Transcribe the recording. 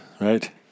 Right